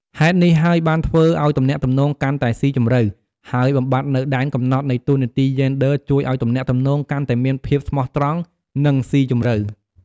ហេតុនេះហើយបានធ្វើឲ្យទំនាក់ទំនងកាន់តែស៊ីជម្រៅ ហើយបំបាត់នូវដែនកំណត់នៃតួនាទីយេនឌ័រជួយឱ្យទំនាក់ទំនងកាន់តែមាន ភាពស្មោះត្រង់ និង ស៊ីជម្រៅ។